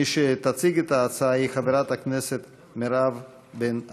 מי שתציג את ההצעה היא חברת הכנסת מירב בן ארי.